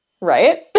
right